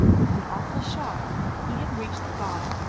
with an awful shock, he had reached the bottom,